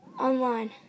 online